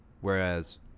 whereas